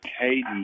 Katie